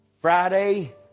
Friday